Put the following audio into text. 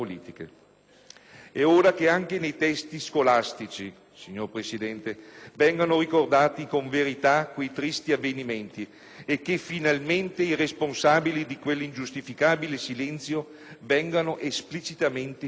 È ora che anche nei testi scolastici, signor Presidente, vengano ricordati con verità quei tristi avvenimenti e che finalmente i responsabili di quell'ingiustificabile silenzio vengano esplicitamente citati.